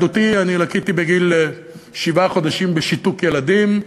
לקיתי בגיל שבעה חודשים בשיתוק ילדים,